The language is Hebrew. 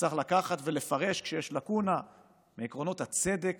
וצריך לקחת ולפרש כשיש לקונה מעקרונות הצדק